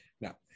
Now